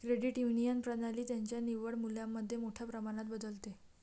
credit union प्रणाली त्यांच्या निव्वळ मूल्यामध्ये मोठ्या प्रमाणात बदलते